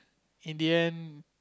in the end